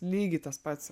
lygiai tas pats